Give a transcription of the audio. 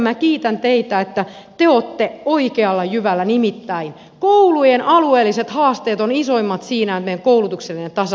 minä kiitän teitä että te olette oikealla jyvällä nimittäin koulujen alueelliset haasteet ovat isoimmat siinä että meidän koulutuksellinen tasa arvo ei toteudu